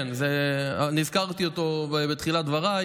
זה מה שגם אופיר כץ